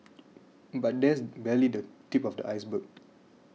but that's barely the tip of the iceberg